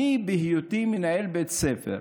אני, בהיותי מנהל בית ספר,